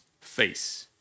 face